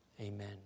Amen